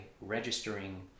registering